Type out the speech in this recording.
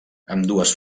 ambdues